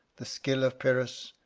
the skill of pyrrhus,